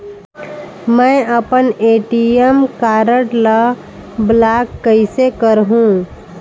मै अपन ATM card ल ब्लाक कइसे करहूं?